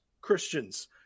Christians